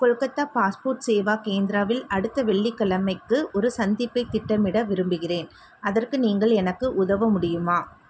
Kolkata passport Seva கேந்திராவில் அடுத்த வெள்ளிக்கிழமைக்கு ஒரு சந்திப்பை திட்டமிட விரும்புகிறேன் அதற்கு நீங்கள் எனக்கு உதவ முடியுமா